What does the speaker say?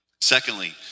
Secondly